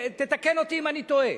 תקן אותי אם אני טועה,